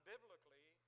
biblically